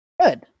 Good